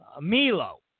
Milo